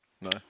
No